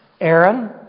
Aaron